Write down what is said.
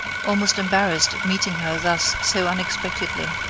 almost embarrassed at meeting her thus so unexpectedly.